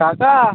কাকা